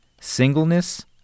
singleness